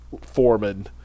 foreman